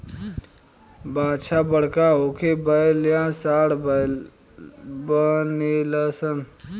बाछा बड़का होके बैल या सांड बनेलसन